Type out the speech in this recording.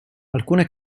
alcune